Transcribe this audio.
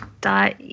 Dot